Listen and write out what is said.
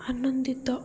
ଆନନ୍ଦିତ